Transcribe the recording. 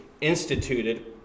instituted